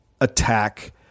attack